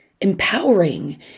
empowering